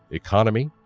economy,